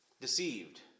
deceived